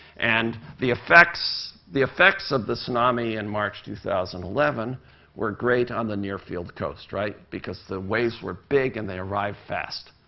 and the effects the effects of the tsunami in march two thousand and eleven were great on the near field coast, right? because the waves were big, and they arrived fast.